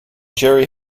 jerry